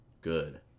good